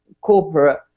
corporate